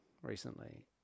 recently